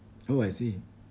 oh I see